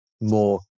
more